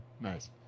Nice